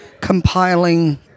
compiling